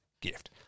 gift